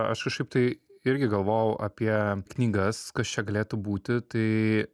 aš kažkaip tai irgi galvojau apie knygas kas čia galėtų būti tai